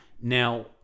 Now